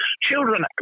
Children